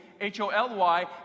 H-O-L-Y